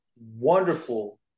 wonderful